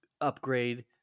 upgrade